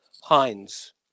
Heinz